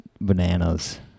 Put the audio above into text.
bananas